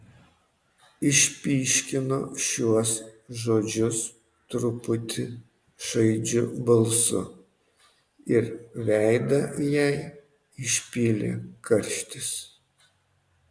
išpyškino šiuos žodžius truputį šaižiu balsu ir veidą jai išpylė karštis